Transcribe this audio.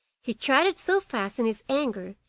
he chattered so fast in his anger,